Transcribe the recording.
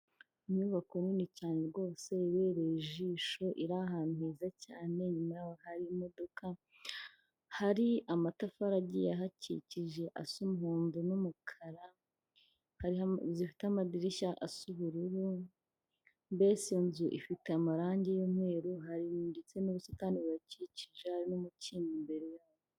Inyubako nini cyane rwose ibereye ijisho, iri ahantu heza cyane, inyuma hari imodoka, hari amatafari agiye ahakikije asa umuhondo n'umukara, zifite amadirishya asa ubururu, mbese inzu ifite amarangi y'umweru, hari ndetse n'ubusitani burakikije, hari n'umukindo imbere.